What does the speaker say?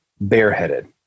bareheaded